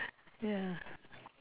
ya